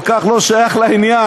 כל כך לא שייך לעניין.